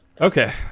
Okay